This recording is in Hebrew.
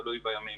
תלוי בימים.